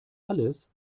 alles